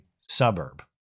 suburb